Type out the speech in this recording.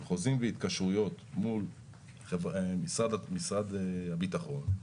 חוזים והתקשרויות מול משרד הביטחון,